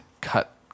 cut